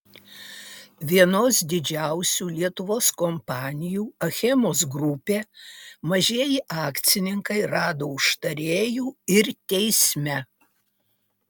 vienos didžiausių lietuvos kompanijų achemos grupė mažieji akcininkai rado užtarėjų ir teisme